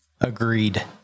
Agreed